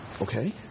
Okay